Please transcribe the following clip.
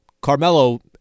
Carmelo